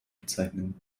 bezeichnen